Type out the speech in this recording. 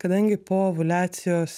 kadangi po ovuliacijos